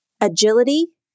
agility